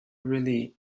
really